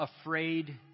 afraid